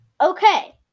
Okay